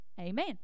Amen